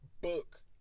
book